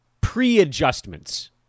pre-adjustments